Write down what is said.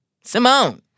Simone